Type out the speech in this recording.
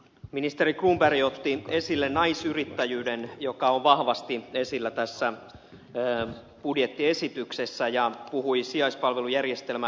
ministeri cronberg otti esille naisyrittäjyyden joka on vahvasti esillä tässä budjettiesityksessä ja puhui sijaispalvelujärjestelmän vakinaistamisesta